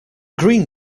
green